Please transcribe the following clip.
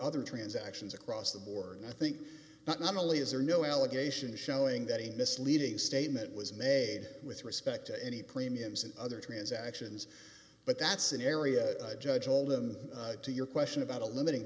other transactions across the board and i think not only is there no allegation showing that a misleading statement was made with respect to any premiums and other transactions but that's an area judge told them to your question about a limiting